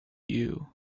you